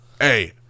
Hey